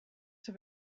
have